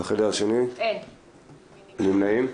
אין נמנעים,